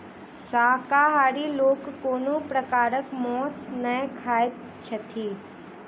शाकाहारी लोक कोनो प्रकारक मौंस नै खाइत छथि